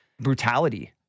brutality